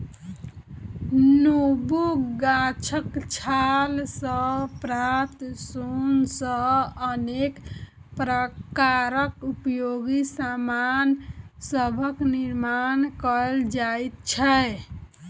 नेबो गाछक छाल सॅ प्राप्त सोन सॅ अनेक प्रकारक उपयोगी सामान सभक निर्मान कयल जाइत छै